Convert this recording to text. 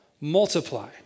Multiply